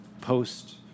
post